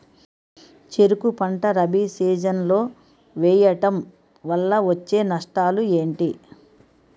చెరుకు పంట రబీ సీజన్ లో వేయటం వల్ల వచ్చే నష్టాలు ఏంటి?